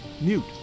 mute